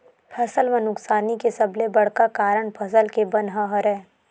फसल म नुकसानी के सबले बड़का कारन फसल के बन ह हरय